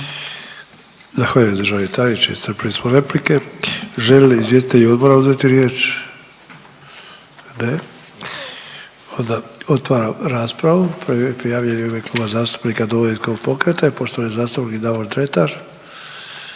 Zahvaljujem državni tajniče. Iscrpili smo replike. Žele li izvjestitelji odbora uzeti riječ? Ne. Onda otvaram raspravu. Prvi prijavljeni u ime Kluba zastupnika Domovinskog pokreta je poštovani zastupnik Davor Dretar.